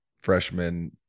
freshman